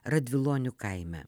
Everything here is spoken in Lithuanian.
radvilonių kaime